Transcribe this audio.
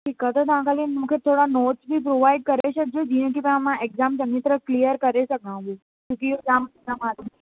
ठीकु आहे त तव्हां ख़ाली मूंखे थोरा नोट बि प्रोवाईड करे छॾिजो जीअं कि मां एग्ज़ाम चङी तरह क्लीअर करे सघां थी छो कि इहो जाम